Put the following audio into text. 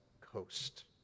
coast